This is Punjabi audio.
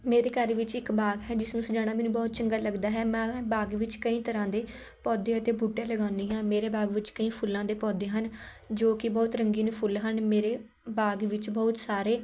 ਮੇਰੇ ਘਰ ਵਿੱਚ ਇੱਕ ਬਾਗ ਹੈ ਜਿਸ ਨੂੰ ਸਜਾਉਣਾ ਮੈਨੂੰ ਬੜਾ ਚੰਗਾ ਲੱਗਦਾ ਹੈ ਮੈਂ ਬਾਗ ਵਿੱਚ ਕਈ ਤਰ੍ਹਾਂ ਦੇ ਪੌਦੇ ਅਤੇ ਬੂਟੇ ਲਗਾਉਂਦੀ ਹਾਂ ਮੇਰੇ ਬਾਗ ਵਿੱਚ ਕਈ ਫੁੱਲਾਂ ਦੇ ਪੌਦੇ ਹਨ ਜੋ ਕਿ ਬਹੁਤ ਰੰਗੀਨ ਫੁੱਲ ਹਨ ਮੇਰੇ ਬਾਗ ਵਿੱਚ ਬਹੁਤ ਸਾਰੇ